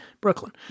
Brooklyn